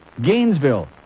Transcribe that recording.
Gainesville